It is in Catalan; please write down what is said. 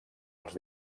els